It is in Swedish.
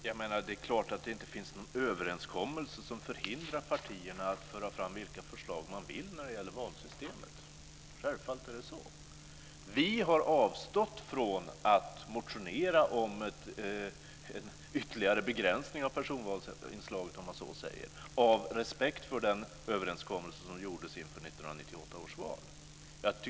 Fru talman! Det är klart att det inte finns någon överenskommelse som förhindrar partierna att föra fram vilka förslag de vill när det gäller valsystemet. Självfallet är det så. Vi har avstått från att motionera om en ytterligare begränsning av personvalsinslaget, om man så säger, av respekt för den överenskommelse som gjordes inför 1998 års val.